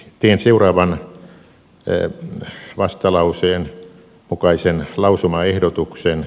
teen seuraavan vastalauseen mukaisen lausumaehdotuksen